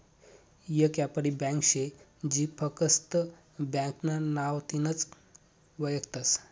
येक यापारी ब्यांक शे जी फकस्त ब्यांकना नावथीनच वयखतस